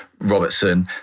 Robertson